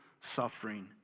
suffering